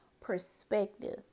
perspective